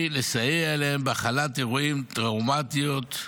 לסייע להם בהכלת אירועים טראומטיים,